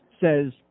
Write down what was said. says